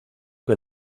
que